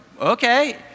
okay